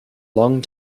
long